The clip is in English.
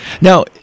Now